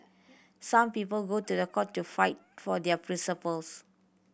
some people go to the court to fight for their principles